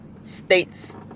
states